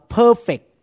perfect